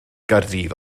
gaerdydd